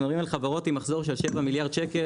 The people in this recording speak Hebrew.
אנחנו מדברים על חברות עם מחזור של שבעה מיליארד שקל,